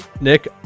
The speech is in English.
Nick